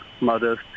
mothers